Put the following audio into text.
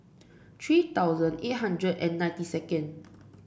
three thousand eight hundred and ninety second